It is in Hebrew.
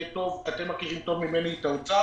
יהיה טוב אתם מכירים טוב ממני את האוצר.